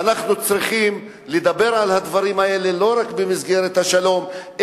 ואנחנו צריכים לדבר על הדברים האלה לא רק במסגרת השלום,